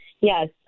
Yes